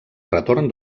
retorn